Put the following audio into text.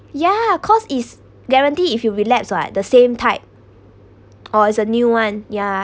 ya cause is guarantee if you relapse [what] the same type or is a new one ya